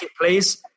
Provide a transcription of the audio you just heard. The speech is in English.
please